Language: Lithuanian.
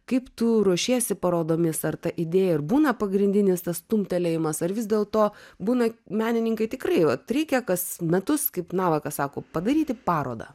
kaip tu ruošiesi parodomis ar ta idėja ir būna pagrindinis tas stumtelėjimas ar vis dėlto būna menininkai tikrai vat reikia kas metus kaip navakas sako padaryti parodą